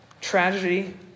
tragedy